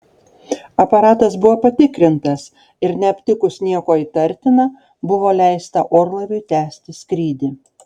aparatas buvo patikrintas ir neaptikus nieko įtartina buvo leista orlaiviui tęsti skrydį